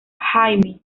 jaime